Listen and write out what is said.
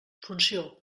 funció